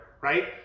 right